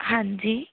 ਹਾਂਜੀ